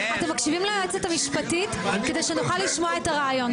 מקשיבים ליועצת המשפטית כדי שנוכל לשמוע את הרעיון.